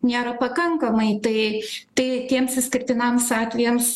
nėra pakankamai tai tai tiems išskirtiniams atvejams